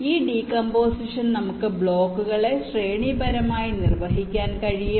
ഈ ഡികോമ്പോസിഷൻ നമുക്ക് ബ്ലോക്കുകളെ ശ്രേണിപരമായി നിർവഹിക്കാൻ കഴിയും